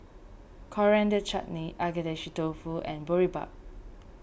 Coriander Chutney Agedashi Dofu and Boribap